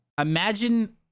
Imagine